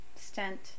stent